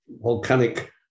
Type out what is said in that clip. volcanic